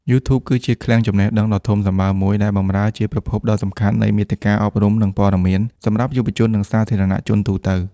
YouTube គឺជាឃ្លាំងចំណេះដឹងដ៏ធំសម្បើមមួយ ដែលបម្រើជាប្រភពដ៏សំខាន់នៃ មាតិកាអប់រំ និងព័ត៌មាន សម្រាប់យុវជន និងសាធារណជនទូទៅ។